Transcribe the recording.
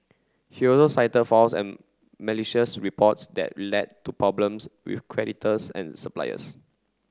he also cited false and malicious reports that led to problems with creditors and suppliers